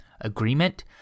agreement